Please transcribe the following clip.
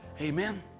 Amen